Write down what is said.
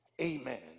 amen